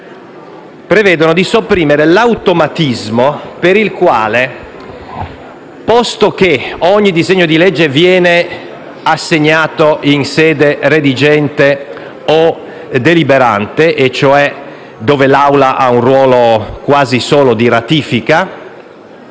prevedono di sopprimere un automatismo. Posto che ogni disegno di legge viene assegnato in sede redigente o deliberante - e dunque l'Aula avrebbe un ruolo quasi solo di ratifica